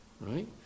Right